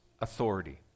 authority